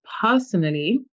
personally